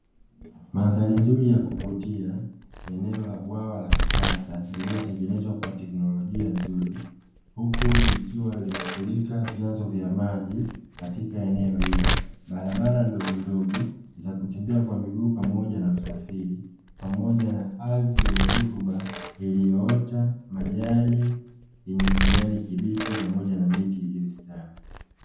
Mandhari nzuri ya kuvutia, eneo la bwawa la kisasa lililotengenezwa kwa teknolojia nzuri, huku likiwa limefurika vyanzo vya maji katika eneo hili, barabara ndogo ndogo za kutembea kwa miguu pamoja na usafiri, pamoja na aridhi yenye rutuba iliyoota majani yenye kijani kibichi pamoja na miti iliyostawi.